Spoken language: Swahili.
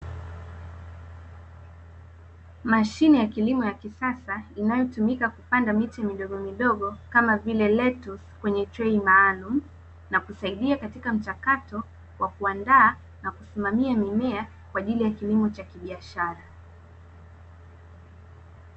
Mashine ya kilimo ya kisasa inayotumika kupanda miche midogo midogo kama vile letusi kwenye trei maalumu na kusaidia katika mchakato wa kuandaa na kusimamia mimea kwa ajili ya kilimo cha kibiashara.